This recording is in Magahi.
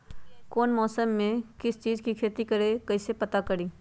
कौन मौसम में का चीज़ के खेती करी कईसे पता करी?